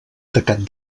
tacat